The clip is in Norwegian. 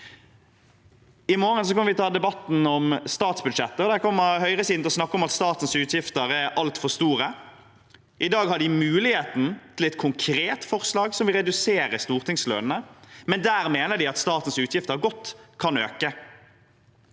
I morgen kommer vi til å ha debatten om statsbudsjettet, og der kommer høyresiden til å snakke om at statens utgifter er altfor store. I dag har de muligheten til å vedta et konkret forslag som vil redusere stortingslønningene, men der mener de at statens utgifter godt kan øke.